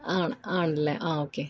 ആണ് ആണല്ലെ ആ ഓക്കെ